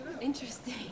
Interesting